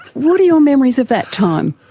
what are your memories of that time?